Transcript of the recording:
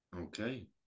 Okay